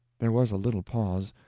there was a little pause.